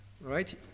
Right